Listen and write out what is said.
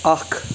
اَکھ